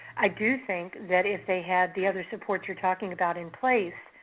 i do think that if they had the other support you're talking about in place,